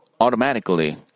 automatically